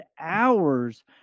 hours